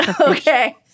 okay